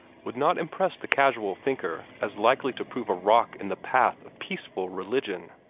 would not impress the casual thinker as likely to prove a rock in the path of peaceful religion.